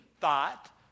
thought